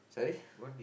sorry